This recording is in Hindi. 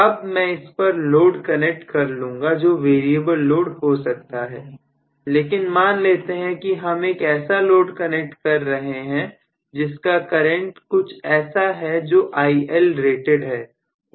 अब मैं इस पर लोड कनेक्ट कर लूंगा जो वेरिएबल लोड हो सकता है लेकिन मान लेते हैं कि हम एक ऐसा लोड कनेक्ट कर रहे हैं जिसका करंट कुछ ऐसा जो IL रेटेड है